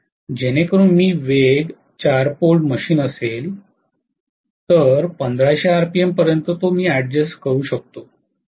जेणेकरून मी वेग ४ पोल मशीन असेल तर १५०० आरपीएमपर्यंत अॅडजस्ट करू शकतो